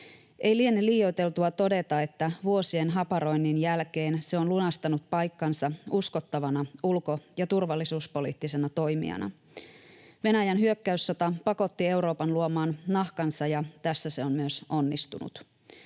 Ei liene liioiteltua todeta, että vuosien haparoinnin jälkeen se on lunastanut paikkansa uskottavana ulko- ja turvallisuuspoliittisena toimijana. Venäjän hyökkäyssota pakotti Euroopan luomaan nahkansa, ja tässä se on myös onnistunut.